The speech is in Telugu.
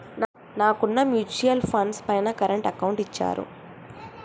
నాకున్న మ్యూచువల్ ఫండ్స్ పైన కరెంట్ అకౌంట్ ఇచ్చారు